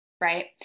right